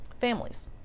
families